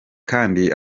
kandi